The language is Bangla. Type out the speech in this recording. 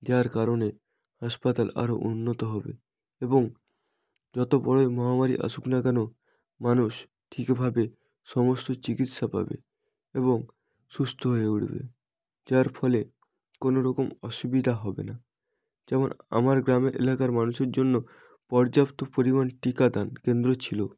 যার কারণে হাসপাতাল আরো উন্নত হবে এবং যতো বড়োই মহামারি আসুক না কেন মানুষ ঠিকভাবে সমস্ত চিকিৎসা পাবে এবং সুস্থ হয়ে উঠবে যার ফলে কোনো রকম অসুবিধা হবে না যেমন আমার গ্রামের এলাকার মানুষের জন্য পর্যাপ্ত পরিমাণ টিকা দান কেন্দ্র ছিলো